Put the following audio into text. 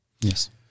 Yes